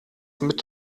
mit